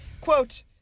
Quote